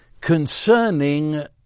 concerning